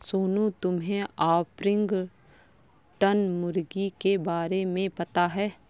सोनू, तुम्हे ऑर्पिंगटन मुर्गी के बारे में पता है?